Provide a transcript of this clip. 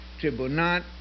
tribunal